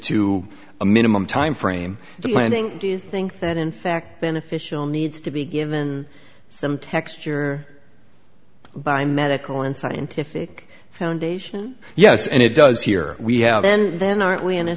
to a minimum time frame planning do you think that in fact beneficial needs to be given some texture by medical and scientific foundation yes and it does here we have and then aren't we in a